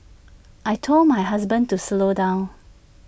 I Told my husband to slow down